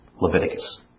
Leviticus